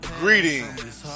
greetings